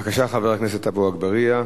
בבקשה, חבר הכנסת עפו אגבאריה.